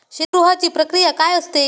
शीतगृहाची प्रक्रिया काय असते?